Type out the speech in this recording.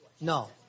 No